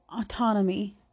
autonomy